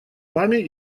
вами